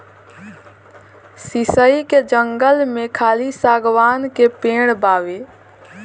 शीशइ के जंगल में खाली शागवान के पेड़ बावे